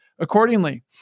accordingly